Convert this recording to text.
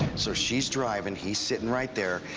so she's driving. he's sitting right there.